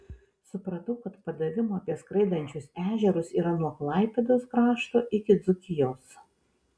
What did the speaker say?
supratau kad padavimų apie skraidančius ežerus yra nuo klaipėdos krašto iki dzūkijos